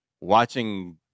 watching